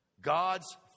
God's